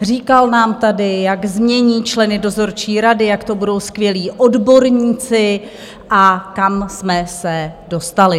Říkal nám tady, jak změní členy dozorčí rady, jak to budou skvělí odborníci, a kam jsme se dostali?